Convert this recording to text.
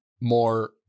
more